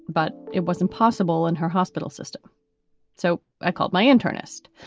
but it was impossible in her hospital system so i called my internist.